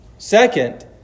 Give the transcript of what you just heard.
Second